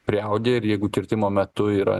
priaugę ir jeigu kirtimo metu yra